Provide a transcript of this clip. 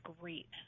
great